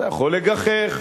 אתה יכול לגחך,